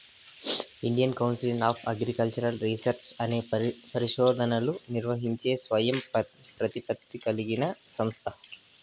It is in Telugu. Indian council of agricultural research అనేది పరిశోధనలను నిర్వహించే స్వయం ప్రతిపత్తి కలిగిన సంస్థ